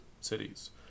cities